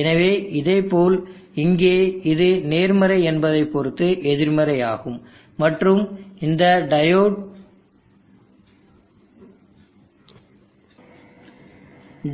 எனவே இதேபோல் இங்கே இது நேர்மறை என்பதைப் பொறுத்து எதிர்மறை ஆகும் மற்றும் இந்த டையோடு